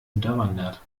unterwandert